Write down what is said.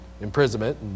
imprisonment